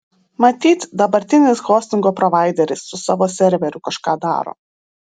matyt dabartinis hostingo provaideris su savo serveriu kažką daro